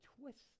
twist